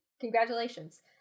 congratulations